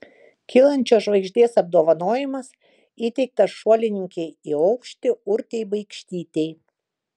kylančios žvaigždės apdovanojimas įteiktas šuolininkei į aukštį urtei baikštytei